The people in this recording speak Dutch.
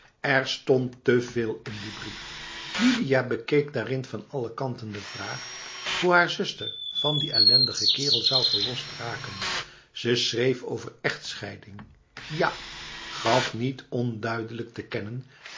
er stond te veel in die brief lidia bekeek daarin van alle kanten de vraag hoe haar zuster van die ellendige kerel zou verlost raken ze schreef over echtscheiding ja gaf niet onduidelijk te kennen